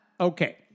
Okay